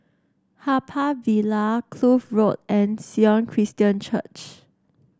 Haw Par Villa Kloof Road and Sion Christian Church